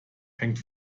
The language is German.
hängt